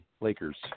Lakers